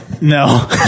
no